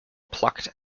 plucked